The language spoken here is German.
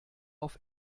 auf